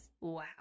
Wow